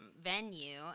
venue